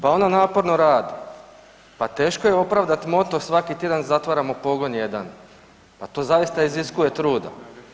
Pa ona naporno radi, pa teško je opravdati moto „svaki tjedan zatvaramo pogon jedan“, pa to zaista iziskuje truda.